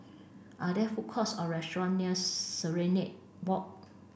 are there food courts or restaurants near Serenade Walk